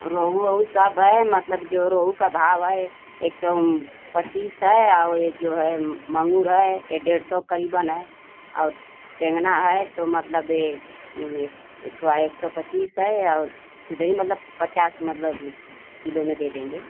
रोहू ओहु सब है मतलब जो रोहू का भाव है एक सौ पच्चीस है और यह जो है माँगुर है यह डेढ़ सौ क़रीबन है और टेंगना है तो मतलब यह एक ठो एक सौ पच्चीस है और सीधे ही मतलब पचास मतलब किलो में दे देंगे